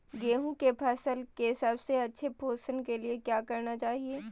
गेंहू की फसल के अच्छे पोषण के लिए क्या करना चाहिए?